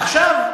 עכשיו,